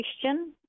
question